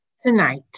tonight